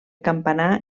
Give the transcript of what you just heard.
campanar